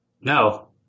No